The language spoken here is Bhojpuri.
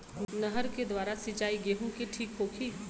नहर के द्वारा सिंचाई गेहूँ के ठीक होखि?